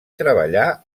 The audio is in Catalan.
treballà